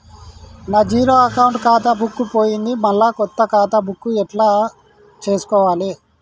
నా zero account ఖాతా book పోయింది మళ్ళా కొత్త ఖాతా బుక్కు ఎట్ల తీసుకోవాలే?